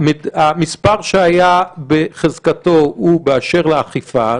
המס' שהיה בחזקתו הוא באשר לאכיפה,